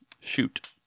Shoot